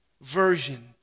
version